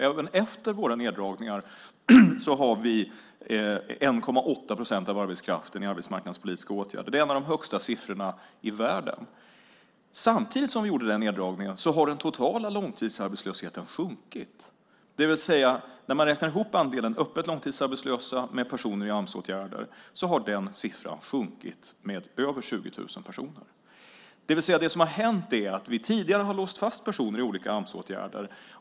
Även efter våra neddragningar har vi 1,8 procent av arbetskraften i arbetsmarknadspolitiska åtgärder. Det är en av de högsta siffrorna i världen. Samtidigt som vi gjorde neddragningen har den totala långtidsarbetslösheten sjunkit. När man räknar ihop andelen öppet långtidsarbetslösa med personer i Amsåtgärder har den siffran sjunkit med över 20 000 personer. Tidigare har vi låst fast personer i olika Amsåtgärder.